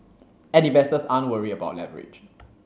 and investors aren't worried about leverage